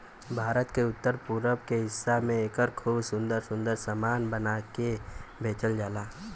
भारत के उत्तर पूरब के हिस्सा में एकर खूब सुंदर सुंदर सामान बना के बेचल जाला